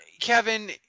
Kevin